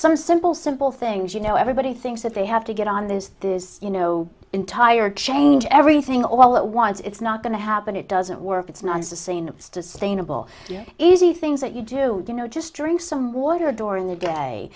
some simple simple things you know everybody thinks that they have to get on this you know entire change everything all at once it's not going to happen it doesn't work it's not sustained sustainable easy things that you do you know just drink some water during the day